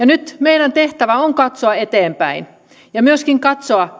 nyt meidän tehtävämme on katsoa eteenpäin ja myöskin katsoa